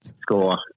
score